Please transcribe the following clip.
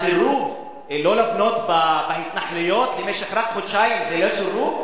הסירוב לא לבנות בהתנחלויות למשך רק חודשיים זה לא תנאי מוקדם?